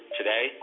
today